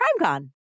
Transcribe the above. CrimeCon